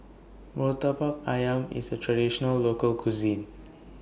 Murtabak Ayam IS A Traditional Local Cuisine